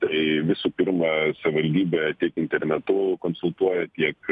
tai visų pirma savivaldybė tiek internetu konsultuoja tiek